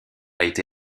été